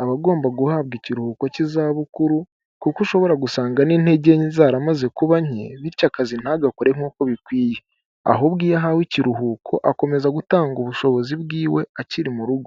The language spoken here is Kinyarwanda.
aba agomba guhabwa ikiruhuko cy'izabukuru kuko ushobora gusanga n'intege nke zaramaze kuba nke bityo akazi ntagakore nk'uko bikwiye, ahubwo iyo ahawe ikiruhuko akomeza gutanga ubushobozi bwiwe akiri mu rugo.